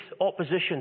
opposition